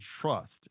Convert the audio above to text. trust